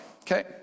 Okay